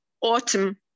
Autumn